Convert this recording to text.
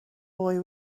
boy